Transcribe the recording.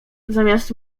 zamiast